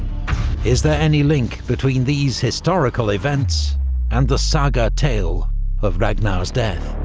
is there any link between these historical events and the saga tale of ragnar's death?